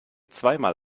zweimal